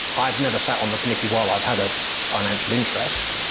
i've never sat on the committee while i've had a financial interest.